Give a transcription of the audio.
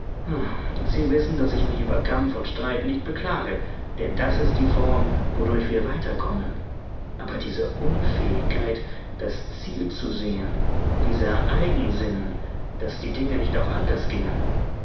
sie wissen daß ich mich über kampf und streit nicht beklage denn das ist die form wodurch wir weiterkommen aber diese unfähigkeit das ziel zu sehen dieser eigensinn daß die dinge nicht auch anders gingen